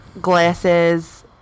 glasses